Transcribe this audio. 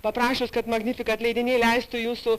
paprašius kad magnifikat leidiniai leistų jūsų